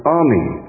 army